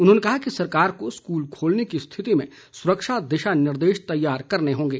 उन्होंने कहा कि सरकार को स्कूल खोलने की स्थिति में सुरक्षा दिशा निर्देश तैयार करने होंगे